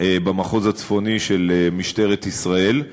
במחוז הצפוני של משטרת ישראל.